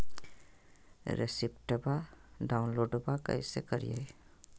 रेसिप्टबा डाउनलोडबा कैसे करिए?